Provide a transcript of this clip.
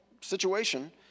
situation